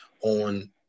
on